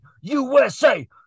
USA